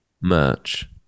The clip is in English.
merch